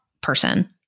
person